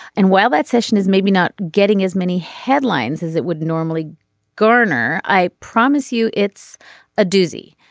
and while that session is maybe not getting as many headlines as it would normally garner i promise you it's a doozy.